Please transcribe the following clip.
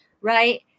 right